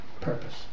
purpose